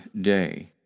day